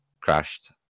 crashed